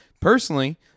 Personally